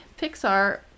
Pixar